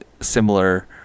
similar